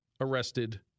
arrested